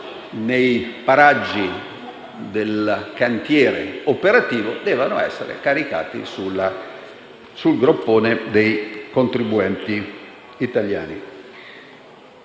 nei paraggi del cantiere operativo debbano essere caricati sul groppone dei contribuenti italiani.